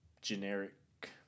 generic